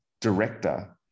director